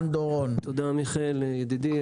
תודה מיכאל ידידי.